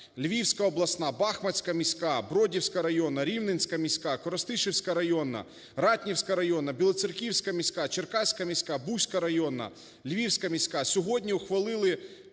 Львівська обласна, Бахмацька міська, Бродівська районна, Рівненська міська, Коростишівська районна, Ратнівська районна, Білоцерківська міська, Черкаська міська, Буська районна, Львівська міська сьогодні ухвалили,